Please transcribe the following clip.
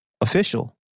official